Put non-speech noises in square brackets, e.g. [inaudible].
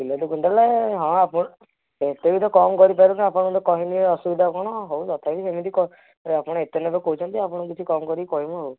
ବିଲାତି କୁଇଣ୍ଟାଲ ହଁ [unintelligible] ଏତେଗୁଡ଼େ କମ୍ କରିପାରିବିନି ଆପଣ ମୋତେ କହିଲେ ଅସୁବିଧା କରିପାରିବିନି ହଉ ତଥାପି ଏମିତି ତ ଆପଣ ଏତେ ନେବେ କହୁଛନ୍ତି ଆପଣଙ୍କୁ କିଛି କମ୍ କରି କହିବୁ ଆଉ